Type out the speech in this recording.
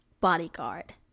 Bodyguard